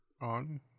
on